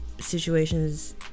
situations